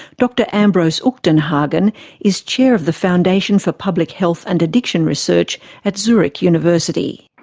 dr ambros uchtenhagen is chair of the foundation for public health and addiction research at zurich university.